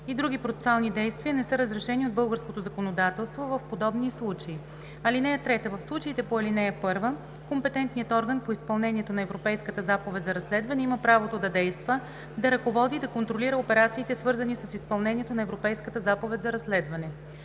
и други процесуални действия не са разрешени от българското законодателство в подобни случаи. (3) В случаите по ал. 1 компетентният орган по изпълнението на Европейската заповед за разследване има правото да действа, да ръководи и да контролира операциите, свързани с изпълнението на Европейската заповед за разследване.